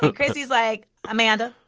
but christie's like, amanda,